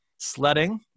sledding